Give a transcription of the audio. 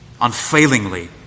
unfailingly